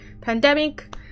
pandemic